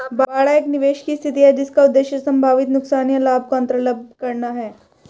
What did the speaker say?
बाड़ा एक निवेश की स्थिति है जिसका उद्देश्य संभावित नुकसान या लाभ को अन्तर्लम्ब करना है